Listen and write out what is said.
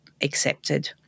accepted